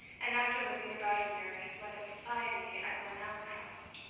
and after living about a year in his mother's society at glenallan house,